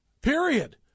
Period